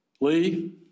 Lee